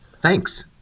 Thanks